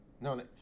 no